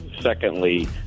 Secondly